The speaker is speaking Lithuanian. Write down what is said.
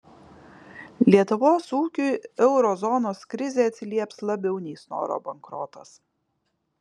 lietuvos ūkiui euro zonos krizė atsilieps labiau nei snoro bankrotas